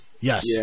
Yes